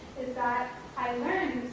is that i learn